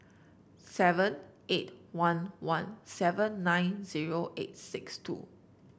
seven eight one one seven nine zero eight six two